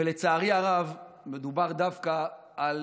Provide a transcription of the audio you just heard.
לצערי הרב מדובר דווקא על